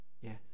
Yes